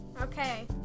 Okay